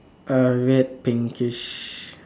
err red pinkish